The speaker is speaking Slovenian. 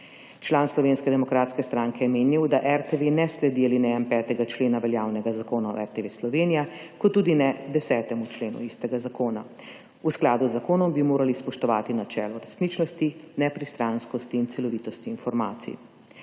Član Slovenske demokratske stranke je menil, da RTV ne sledi alinejam 5. člena veljavnega Zakona o RTV Slovenija, kot tudi ne 10. členu istega zakona. V skladu z zakonom bi morali spoštovati načelo resničnosti, nepristranskosti in celovitosti informacij.